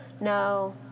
no